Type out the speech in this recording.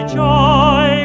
joy